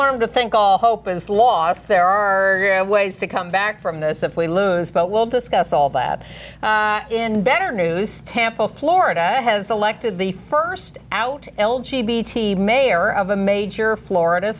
want to think all hope is lost there are ways to come back from this if we lose but we'll discuss all that in better news tampa florida has elected the first out l g b team mayor of a major florida